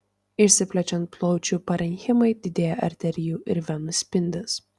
išsiplečiant plaučių parenchimai didėja arterijų ir venų spindis